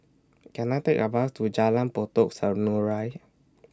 Can I Take A Bus to Jalan Pokok Serunai